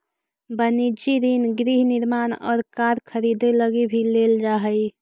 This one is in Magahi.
वनिजी ऋण गृह निर्माण और कार खरीदे लगी भी लेल जा हई